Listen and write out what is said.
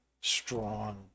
strong